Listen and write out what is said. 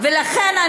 ולכן,